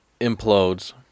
implodes